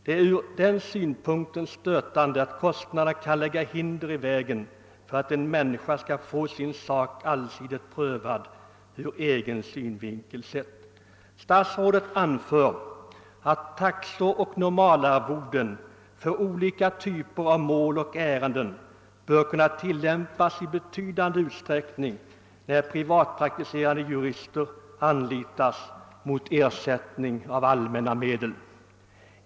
Det är från den synpunkten stötande att kostnaderna kan lägga hinder i vägen för att en människa skall få sin sak allsidigt prövad. Statsrådet anför att taxor och normalarvoden för olika typer av mål och ärenden bör kunna tillämpas i betydande utsträckning när privatpraktiserande jurister anlitas mot ersättning av allmänna medel.